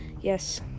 Yes